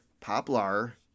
Poplar